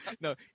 No